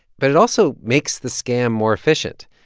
but it also makes the scam more efficient.